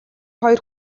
хоёр